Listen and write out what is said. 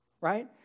right